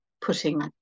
putting